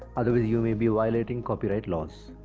otherwise you may be violating copyright laws.